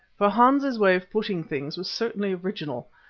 for hans's way of putting things was certainly original,